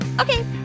Okay